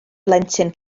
blentyn